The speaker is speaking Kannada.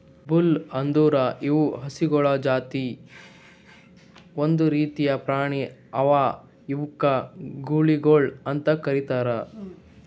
ಬುಲ್ ಅಂದುರ್ ಇವು ಹಸುಗೊಳ್ ಜಾತಿ ಒಂದ್ ರೀತಿದ್ ಪ್ರಾಣಿ ಅವಾ ಇವುಕ್ ಗೂಳಿಗೊಳ್ ಅಂತ್ ಕರಿತಾರ್